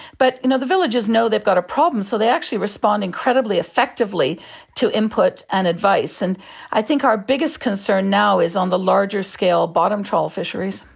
but you know the villagers know they've got a problem, so they actually respond incredibly effectively to input and advice. and i think our biggest concern concern now is on the larger scale bottom trawl fisheries.